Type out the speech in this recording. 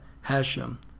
Hashem